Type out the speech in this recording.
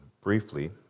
briefly